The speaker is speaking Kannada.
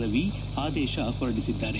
ರವಿ ಆದೇಶ ಹೊರಡಿಸಿದ್ದಾರೆ